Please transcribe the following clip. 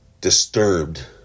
disturbed